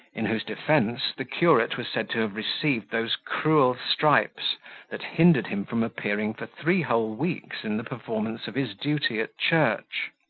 in whose defence the curate was said to have received those cruel stripes that hindered him from appearing for three whole weeks in the performance of his duty at church.